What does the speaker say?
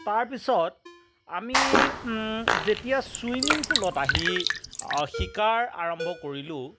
তাৰপিছত আমি যেতিয়া ছুইমিঙপুলত আহি শিকাৰ আৰম্ভ কৰিলোঁ